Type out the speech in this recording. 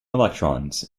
electrons